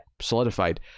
solidified